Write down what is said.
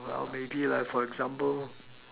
well maybe like for example